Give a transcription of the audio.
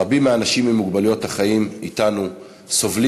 רבים מהאנשים עם מוגבלויות החיים אתנו סובלים